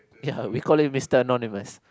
ya we call it Mister Anonymous